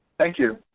thank you.